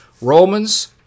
Romans